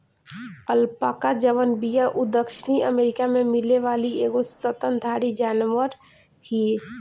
alpaca जवन बिया उ दक्षिणी अमेरिका में मिले वाली एगो स्तनधारी जानवर हिय